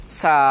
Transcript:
sa